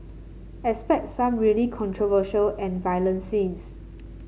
expect some really controversial and violent scenes